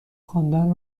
خواندن